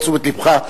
לתשומת לבך,